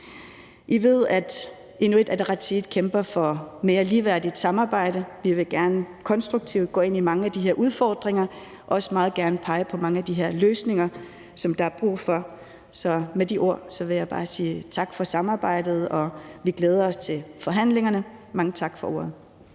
I ved, at Inuit Ataqatigiit kæmper for et mere ligeværdigt samarbejde. Vi vil gerne gå konstruktivt ind i mange af de her udfordringer og også gerne pege på mange af de løsninger, som der er brug for. Så med de ord vil jeg bare sige: Tak for samarbejdet, og vi glæder os til forhandlingerne. Mange tak for ordet.